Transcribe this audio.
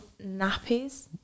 nappies